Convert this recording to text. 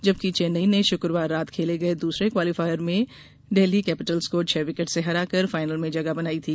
जबकि चेन्नई ने शुक़वार रात खेले गये दूसरे क्वालीफायर में डेल्ही कैपिटल्स को छह विकेट से हराकर फाइनल में जगह बनाई थी